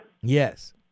Yes